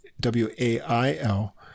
W-A-I-L